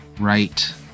Right